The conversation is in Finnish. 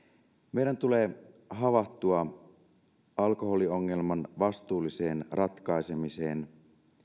meidän tulee havahtua alkoholiongelman vastuulliseen ratkaisemiseen